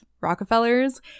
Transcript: Rockefellers